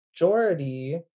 majority